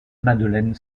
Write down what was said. magdeleine